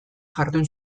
jardun